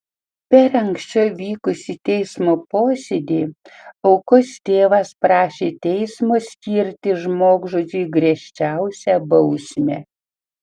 per anksčiau vykusį teismo posėdį aukos tėvas prašė teismo skirti žmogžudžiui griežčiausią bausmę